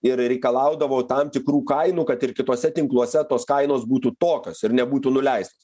ir reikalaudavo tam tikrų kainų kad ir kituose tinkluose tos kainos būtų tokios ir nebūtų nuleistos